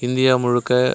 India முழுக்க